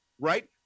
right